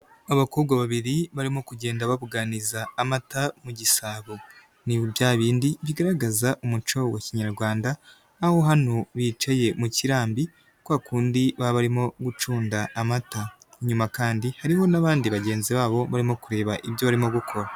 Abakobwa babiri barimo kugenda babuganiza amata mu gisabo ni bya bindi bigaragaza umuco wa kinyarwanda aho hano bicaye mu kirambi kwa kundi baba barimo gucunda amata, inyuma kandi hariho n'abandi bagenzi babo barimo kureba ibyo barimo gukora.